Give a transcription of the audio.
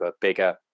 Bigger